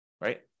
right